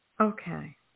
Okay